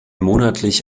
monatlich